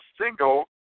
single